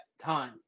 time